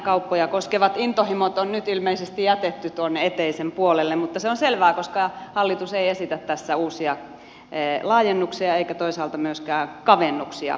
kauppoja koskevat intohimot on nyt ilmeisesti jätetty tuonne eteisen puolelle mutta se on selvää koska hallitus ei esitä tässä uusia laajennuksia eikä toisaalta myöskään kavennuksia nykyiseen